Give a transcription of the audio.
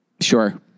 Sure